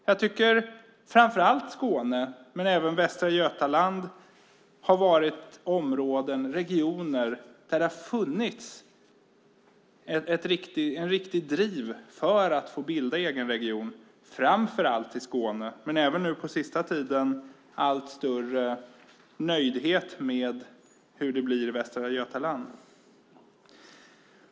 Jag tycker att framför allt Skåne men även Västra Götaland har varit områden och regioner där det har funnits ett riktigt driv för att få bilda en egen region. Det gäller alltså framför allt Skåne, men vi har även nu den senaste tiden sett en allt större nöjdhet med hur det blir i Västra Götaland.